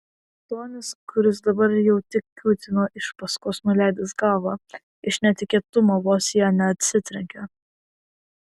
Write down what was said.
tonis kuris dabar jau tik kiūtino iš paskos nuleidęs galvą iš netikėtumo vos į ją neatsitrenkė